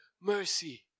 mercy